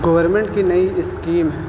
government کی نئی scheme ہے